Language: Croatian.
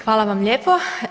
Hvala vam lijepo.